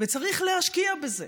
וצריך להשקיע בזה,